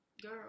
Girl